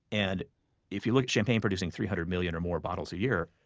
and if you look at champagne producing three hundred million or more bottles a year,